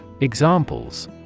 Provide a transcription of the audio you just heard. Examples